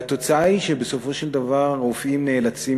והתוצאה היא שבסופו של דבר הרופאים נאלצים